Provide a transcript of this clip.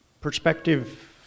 perspective